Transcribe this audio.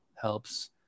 helps